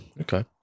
Okay